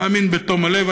מאמין בתום הלב,